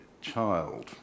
child